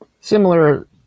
Similar